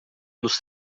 los